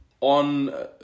on